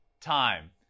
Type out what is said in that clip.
time